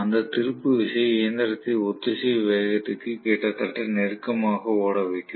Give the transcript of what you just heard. அந்த திருப்பு விசை இயந்திரத்தை ஒத்திசைவு வேகத்திற்கு கிட்டத்தட்ட நெருக்கமாக ஓட வைக்கும்